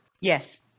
Yes